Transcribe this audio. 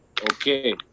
Okay